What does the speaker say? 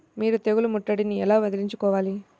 మీరు తెగులు ముట్టడిని ఎలా వదిలించుకోవాలి?